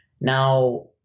Now